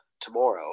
tomorrow